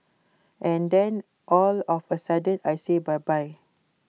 and then all of A sudden I say bye bye